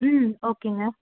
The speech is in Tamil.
ம் ஓகேங்க